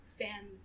fan